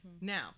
Now